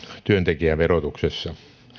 työntekijäverotuksessa